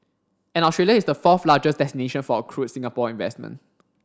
and Australia is the fourth largest destination for accrued Singapore investment